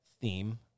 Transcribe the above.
theme –